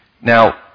Now